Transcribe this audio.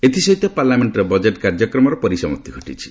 ଏଥିସହିତ ପାର୍ଲାମେଷ୍ଟର ବଜେଟ୍ କାର୍ଯ୍ୟକ୍ରମର ପରିସମାପ୍ତି ଘଟିଛି